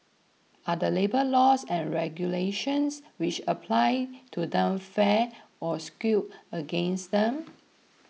are the labour laws and regulations which apply to them fair or skewed against them